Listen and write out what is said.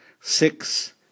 six